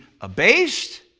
abased